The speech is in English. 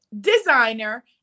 designer